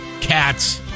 Cats